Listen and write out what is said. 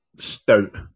Stout